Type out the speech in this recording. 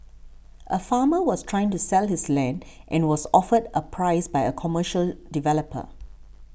a farmer was trying to sell his land and was offered a price by a commercial developer